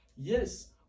yes